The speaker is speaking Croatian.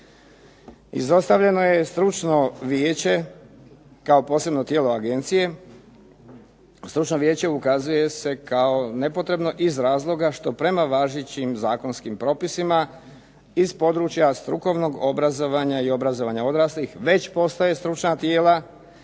Izostavljeno je stručno vijeće kao posebno tijelo agencije. Stručno vijeće ukazuje se kao nepotrebno iz razloga što prema važećim zakonskim propisima iz područja strukovnog obrazovanja i obrazovanja odraslih već postoje stručna tijela